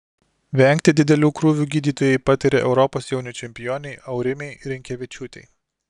vengti didelių krūvių gydytojai patarė europos jaunių čempionei aurimei rinkevičiūtei